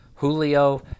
Julio